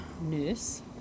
nurse